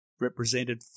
represented